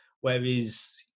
whereas